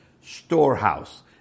storehouse